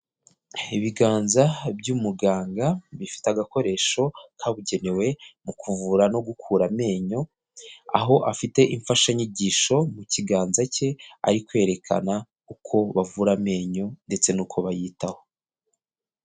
Ibiganza by'umuganga bifite agakoresho kabugenewe mu kuvura no gukura amenyo, aho afite imfashanyigisho mu kiganza cye ari kwerekana uko bavura amenyo ndetse n'uko bayitaho.